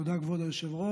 תודה, כבוד היושב-ראש.